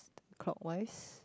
clockwise